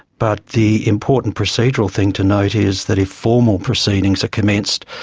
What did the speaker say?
but the important procedural thing to note is that if formal proceedings are commenced,